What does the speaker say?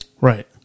Right